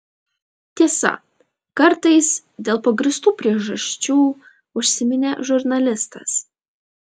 tiesa kartais dėl pagrįstų priežasčių užsiminė žurnalistas